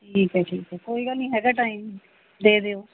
ਠੀਕ ਹੈ ਠੀਕ ਹੈ ਕੋਈ ਗੱਲ ਨਹੀਂ ਹੈਗਾ ਟਾਈਮ ਦੇ ਦਿਓ